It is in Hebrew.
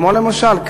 כמו למשל,